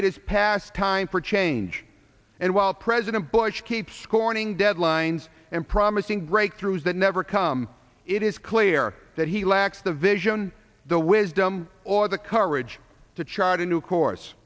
it is past time for change and while president bush keeps scorning deadlines and promising breakthroughs that never come it is clear that he lacks the vision the wisdom or the courage to chart a new course